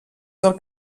del